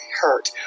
hurt